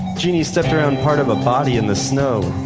jeannie stepped around part of a body in the snow,